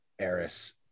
Eris